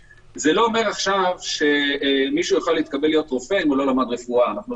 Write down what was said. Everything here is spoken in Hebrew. זה לא אומר שמישהו יכול להתקבל להיות רופא אם הוא לא למד רפואה.